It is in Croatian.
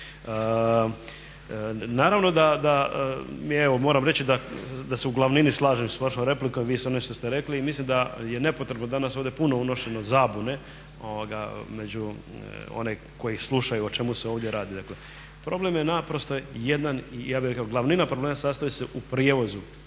Naravno da, moram reći da se u glavnini slažem s vašom replikom i s onim što ste rekli i mislim da je nepotrebno i danas ovdje puno unošeno zabune među one koji slušaju o čemu se ovdje radi. Dakle, problem je naprosto jedan, ja bih rekao glavnina problema sastoji se u prijevozu